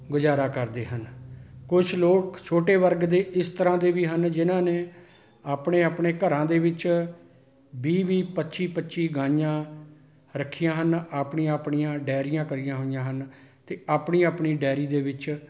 ਗੁਜ਼ਾਰਾ ਕਰਦੇ ਹਨ ਕੁਛ ਲੋਕ ਛੋਟੇ ਵਰਗ ਦੇ ਇਸ ਤਰ੍ਹਾਂ ਦੇ ਵੀ ਹਨ ਜਿਨ੍ਹਾਂ ਨੇ ਆਪਣੇ ਆਪਣੇ ਘਰਾਂ ਦੇ ਵਿੱਚ ਵੀਹ ਵੀਹ ਪੱਚੀ ਪੱਚੀ ਗਾਈਆਂ ਰੱਖੀਆਂ ਹਨ ਆਪਣੀਆਂ ਆਪਣੀਆਂ ਡੈਅਰੀਆਂ ਕਰੀਆਂ ਹੋਈਆਂ ਹਨ ਅਤੇ ਆਪਣੀ ਆਪਣੀ ਡੈਅਰੀ ਦੇ ਵਿੱਚ